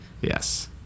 Yes